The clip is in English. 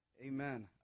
Amen